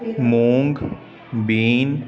ਮੂੰਗ ਬੀਨ